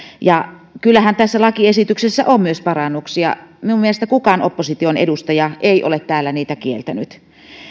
ja kyllähän tässä lakiesityksessä on myös parannuksia minun mielestäni kukaan opposition edustaja ei ole täällä niitä kieltänyt